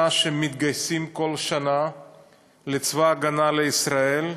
שמתגייסים כל שנה לצבא ההגנה לישראל,